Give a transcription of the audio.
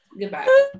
Goodbye